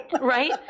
right